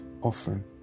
often